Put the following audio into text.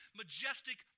majestic